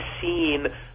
seen